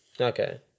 Okay